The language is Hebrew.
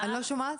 המציא.